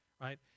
right